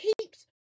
keeps